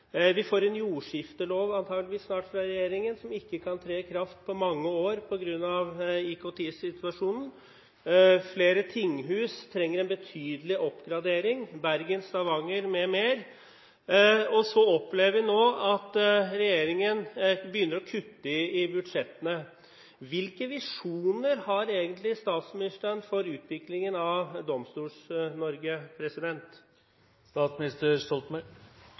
Vi får antakeligvis snart en jordskiftelov fra regjeringen som ikke kan tre i kraft på mange år på grunn av IKT-situasjonen. Flere tinghus trenger en betydelig oppgradering, i Bergen og Stavanger m.m. Så opplever vi nå at regjeringen begynner å kutte i budsjettene. Hvilke visjoner har egentlig statsministeren for utviklingen av